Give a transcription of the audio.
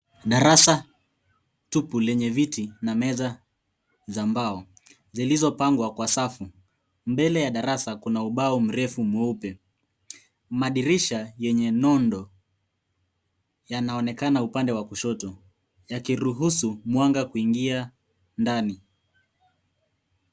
Darasa tupu lenye viti na meza za mbao zilizopangwa kwa safu. Mbele ya darasa kuna ubao mrefu mweupe. Madirisha yenye nondo yanaonekana upande wa kushoto yakiruhusu mwanga kuingia ndani.